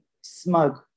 smug